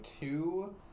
two